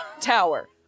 tower